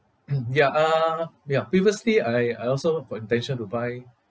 ya uh ya previously I I also got intention to buy